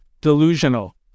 Delusional